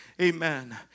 Amen